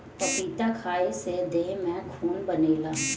पपीता खाए से देह में खून बनेला